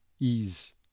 ease